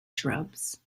shrubs